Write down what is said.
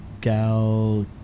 Gal